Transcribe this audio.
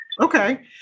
Okay